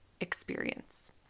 Experience